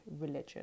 religion